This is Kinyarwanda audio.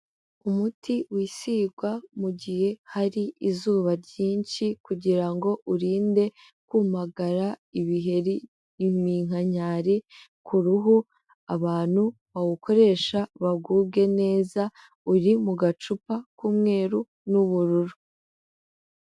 Umuti wisigwa mu gihe hari izuba ryinshi kugira ngo urinde kumagara, ibiheri, iminkanyari ku ruhu, abantu bawukoresha bagubwe neza, uri mu gacupa k'umweru n'ubururu.